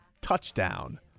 TOUCHDOWN